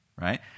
right